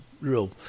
real